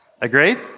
Agreed